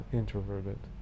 introverted